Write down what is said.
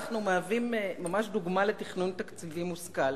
אנחנו מהווים ממש דוגמה לתכנון תקציבי מושכל.